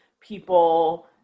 people